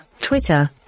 Twitter